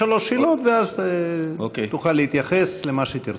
ישאלו שאלות ואז תוכל להתייחס למה שתרצה.